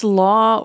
law